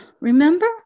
remember